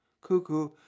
cuckoo